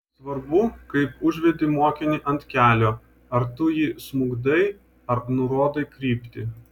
svarbu kaip užvedi mokinį ant kelio ar tu jį smukdai ar nurodai kryptį